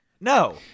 No